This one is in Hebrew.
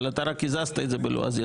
אבל אתה רק הזזת אותו בלועזי,